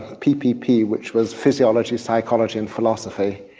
ppp, which was physiology, psychology and philosophy,